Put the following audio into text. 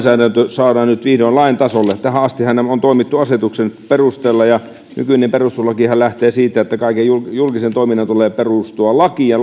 lainsäädäntö saadaan nyt vihdoin lain tasolle tähän astihan on toimittu asetuksen perusteella ja nykyinen perustuslakihan lähtee siitä että kaiken julkisen toiminnan tulee perustua lakiin ja